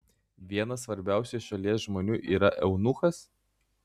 vienas svarbiausių šalies žmonių yra eunuchas